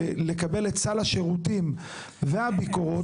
ולקבל את סל השירותים ואת הביקורות,